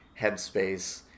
headspace